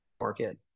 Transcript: market